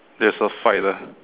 there's a fight ah